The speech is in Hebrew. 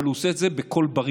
אבל הוא עושה את זה בקול בריטון.